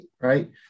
right